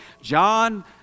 John